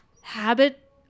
Habit